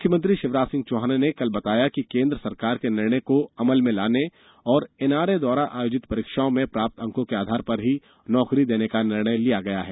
मुख्यमंत्री शिवराज सिंह चौहान ने कल बताया कि केंद्र सरकार के निर्णय को अमल में लाने और एनआरए द्वारा आयोजित परीक्षाओं में प्राप्त अंकों के आधार पर ही नौकरी देने का निर्णय लिया गया है